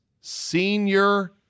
Senior